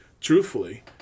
Truthfully